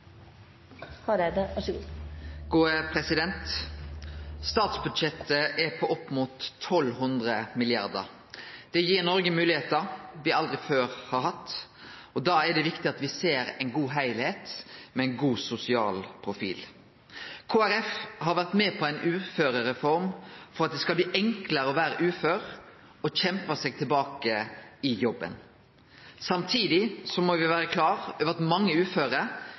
Statsbudsjettet er på opp mot 1 200 mrd. kr. Det gir Noreg moglegheiter me aldri før har hatt, og da er det viktig at me ser ein god heilskap med ein god sosial profil. Kristeleg Folkeparti har vore med på ei uførereform som gjer at det skal bli enklare å vere ufør og kjempe seg tilbake til jobben. Samtidig må me vere klar over at mange uføre